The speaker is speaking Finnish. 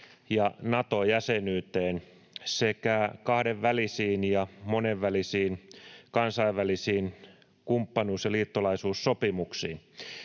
ja Nato-jäsenyyteen sekä kahdenvälisiin ja monenvälisiin kansainvälisiin kumppanuus- ja liittolaisuussopimuksiin.